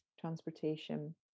transportation